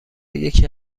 یکی